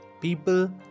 People